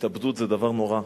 התאבדות זה דבר נורא.